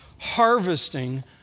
Harvesting